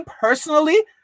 personally